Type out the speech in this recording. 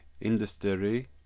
Industry